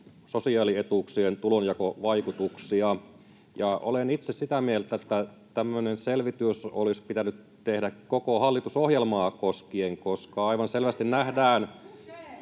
sosiaalietuuksien tulonjakovaikutuksia. Olen itse sitä mieltä, että tämmöinen selvitys olisi pitänyt tehdä koko hallitusohjelmaa koskien, [Krista Kiuru: